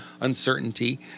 uncertainty